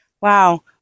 Wow